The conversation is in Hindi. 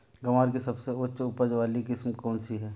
ग्वार की सबसे उच्च उपज वाली किस्म कौनसी है?